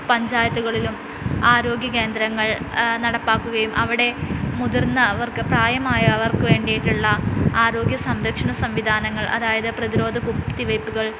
പഞ്ചായത്തുകളിലും ആരോഗ്യ കേന്ദ്രങ്ങൾ നടപ്പാക്കുകയും അവിടെ മുതിർന്നവർക്ക് പ്രായമായവർക്കു വേണ്ടിയിട്ടുള്ള ആരോഗ്യ സംരക്ഷണ സംവിധാനങ്ങൾ അതായത് പ്രതിരോധ കുത്തിവയ്പ്പുകൾ